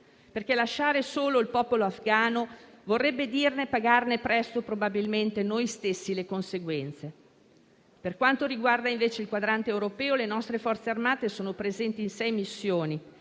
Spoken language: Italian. perché lasciare solo il popolo afghano vorrebbe dire pagarne presto probabilmente noi stessi le conseguenze. Per quanto riguarda invece il quadrante europeo, le nostre Forze armate sono presenti in sei missioni.